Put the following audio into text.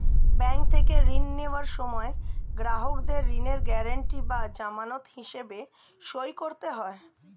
bank থেকে ঋণ নেওয়ার সময় গ্রাহকদের ঋণের গ্যারান্টি বা জামানত হিসেবে সই করতে হয়